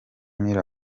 müller